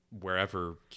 wherever